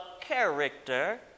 character